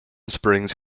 springs